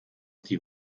die